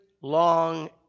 long